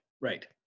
right